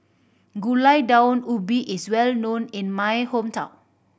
Gulai Daun Ubi is well known in my hometown